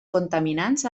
contaminants